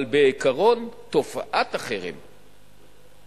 אבל בעיקרון, תופעת החרם,